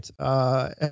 right